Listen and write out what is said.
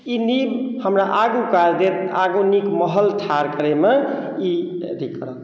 ई नीव हमरा आगू काज देत आगू नीक माहौल ठाड़ करैमे ई अथी करत